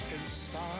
inside